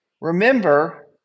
remember